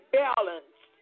balance